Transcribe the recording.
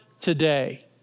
today